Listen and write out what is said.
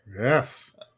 Yes